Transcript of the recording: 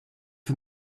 for